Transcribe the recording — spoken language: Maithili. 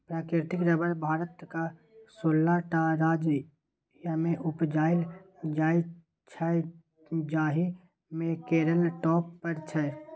प्राकृतिक रबर भारतक सोलह टा राज्यमे उपजाएल जाइ छै जाहि मे केरल टॉप पर छै